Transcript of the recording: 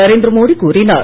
நரேந்திர மோடி கூறினார்